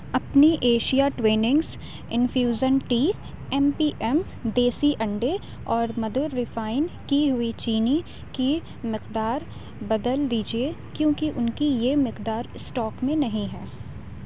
اپنی اشیاء Twinings infusion tea M P M دیسی انڈے اور مدھر ریفائن کی ہوئی چینی کی مقدار بدل دیجیے کیونکہ ان کی یہ مقدار اسٹاک میں نہیں ہے